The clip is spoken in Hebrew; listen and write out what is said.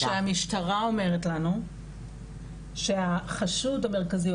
כשהמשטרה אומרת לנו שהחשוד המרכזי,